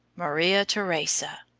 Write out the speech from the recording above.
maria theresa!